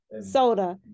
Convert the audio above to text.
soda